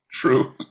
True